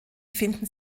finden